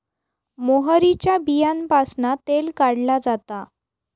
मोहरीच्या बीयांपासना तेल काढला जाता